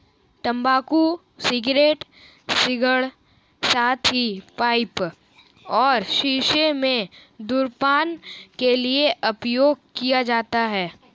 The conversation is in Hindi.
तंबाकू सिगरेट, सिगार, साथ ही पाइप और शीशों में धूम्रपान के लिए उपयोग किए जाते हैं